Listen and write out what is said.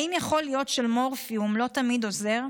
האם יכול להיות שמורפיום לא תמיד עוזר?